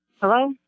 Hello